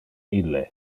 ille